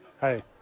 Hey